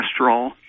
cholesterol